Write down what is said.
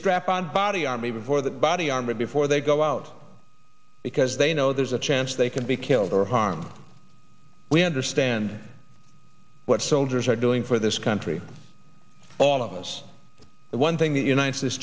strap on body army before the body armor before they go out because they know there's a chance they can be killed or harm we understand what soldiers are doing for this country all of us the one thing that unite